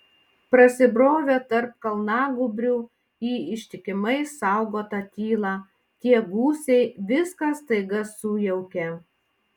prasibrovę tarp kalnagūbrių į ištikimai saugotą tylą tie gūsiai viską staiga sujaukė